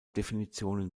definitionen